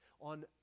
on